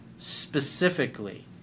specifically